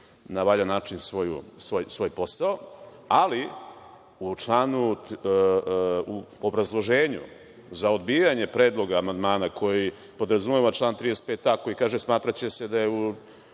na valjan način svoj posao, ali u obrazloženju za odbijanje predloga amandmana, koji podrazumeva član 35a, a koji kaže – smatraće se da je